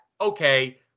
okay